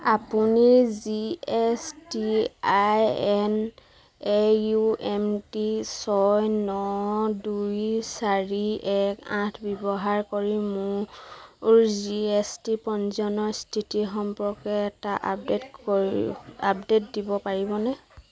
আপুনি G S T I N A U M T ছয় ন দুই চাৰি এক আঠ ব্যৱহাৰ কৰি মোৰ জি এছ টি পঞ্জীয়নৰ স্থিতি সম্পৰ্কে এটা আপডেট কৰি আপডেট দিব পাৰিবনে